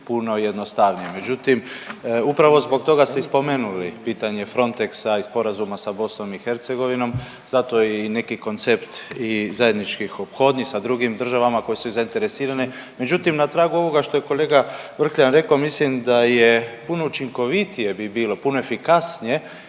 puno jednostavnije. Međutim, upravo zbog toga ste i spomenuli pitanje Frontexa i sporazuma sa BiH, zato je i neki koncept i zajedničkih ophodnji sa drugim državama koje su zainteresirane. Međutim, na tragu ovoga što je kolega Vrkljan rekao mislim da je, puno učinkovitije bi bilo, puno efikasnije